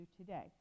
today